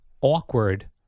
awkward